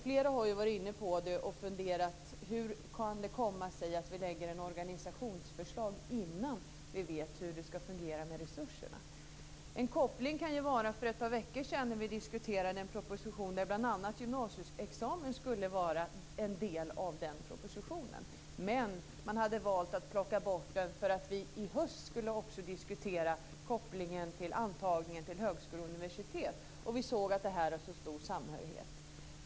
Flera har ju varit inne på detta och funderat över hur det kan komma sig att vi lägger fram ett organisationsförslag innan vi vet hur det ska fungera med resurserna. En koppling kan ju vara att vi för ett par veckor sedan diskuterade en proposition där bl.a. en gymnasieexamen skulle vara med, men man valde att plocka bort den eftersom vi i höst också ska diskutera antagningen till högskolor och universitet. Vi såg då att detta har så stor samhörighet.